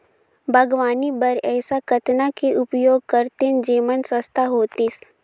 बागवानी बर ऐसा कतना के उपयोग करतेन जेमन सस्ता होतीस?